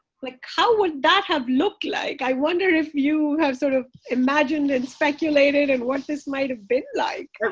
like how would that have looked like? i wonder if you have sort of imagined and speculated and what this might've been like.